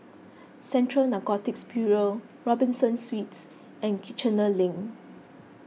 Central Narcotics Bureau Robinson Suites and Kiichener Link